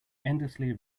endlessly